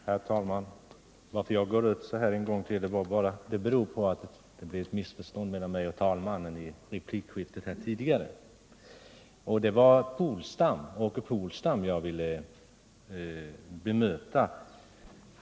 Herr talman! Att jag går upp så här en gång till beror på att det blev ett missförstånd mellan mig och talmannen i det tidigare replikskiftet. Jag vill bemöta Åke Polstam.